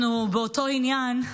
אנחנו באותו עניין.